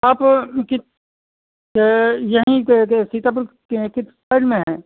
आप यह यहीं पर के सीतापुर के किस साइड में हैं